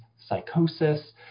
psychosis